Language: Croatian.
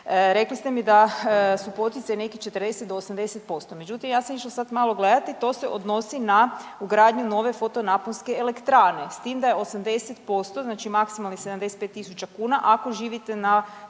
Rekli ste mi da su poticaji nekih 40 do 80%, međutim ja sam išla sad malo gledati to se odnosi na ugradnju nove fotonaponske elektrane, s tim da je 80% znači 75.000 kuna ako živite na